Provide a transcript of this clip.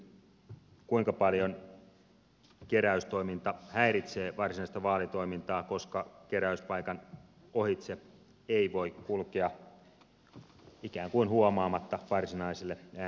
kuinka paljon keräystoiminta häiritsee varsinaista vaalitoimintaa koska keräyspaikan ohitse ei voi kulkea ikään kuin huomaamatta varsinaiselle äänestyspaikalle